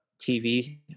TV